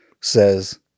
says